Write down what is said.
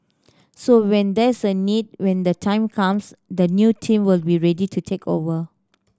so when there's a need when the time comes the new team will be ready to take over